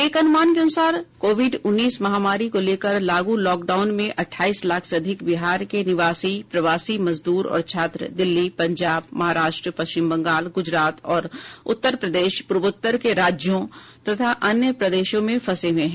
एक अनुमान के अनुसार कोविड उन्नीस महामारी को लेकर लागू लॉकडाउन में अठाईस लाख से अधिक बिहार के निवासी प्रवासी मजदूर और छात्र दिल्ली पंजाब महाराष्ट्र पश्चिम बंगाल गुजरात और उत्तर प्रदेश पूर्वोत्तर के राज्यों तथा अन्य प्रदेशों में फंसे हए हैं